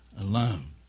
alone